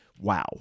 wow